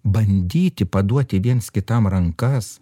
bandyti paduoti viens kitam rankas